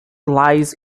lies